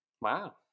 Wow